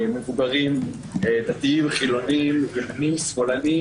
מבוגרים, דתיים, חילונים, ימנים, שמאלנים